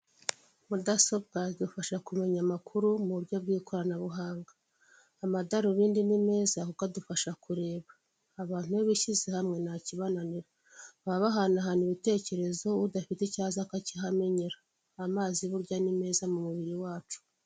Mudasobwa zidufasha kumenya amakuru mu buryo bw'ikoranabuhanga amadarobindi ni meza kuko adufasha kureba, abantu iyo bishyize hamwe ntakibananira baba bahanahana ibitekerezo udafite icyo aza akakihamenyera, amazi burya ni meza mu mubiri wacu.